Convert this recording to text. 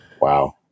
wow